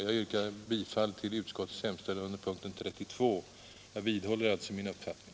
Jag yrkar bifall till utskottets hemställan under punkten 32. Jag vidhåller alltså min uppfattning.